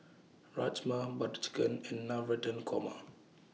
Rajma Butter Chicken and Navratan Korma